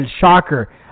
Shocker